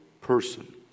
person